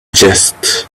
jest